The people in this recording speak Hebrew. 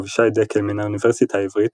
אבישי דקל מן האוניברסיטה העברית,